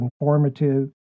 informative